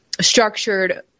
structured